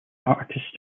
artists